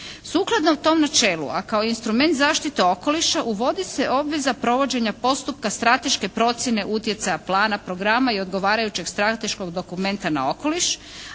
Sukladno tom načelu, a kao instrument zaštite okoliša uvodi se obveza provođenja postupka strateške procjene utjecaja plana, programa i odgovarajućeg strateškog dokumenta na okoliš,